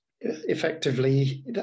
effectively